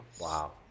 Wow